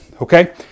okay